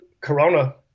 Corona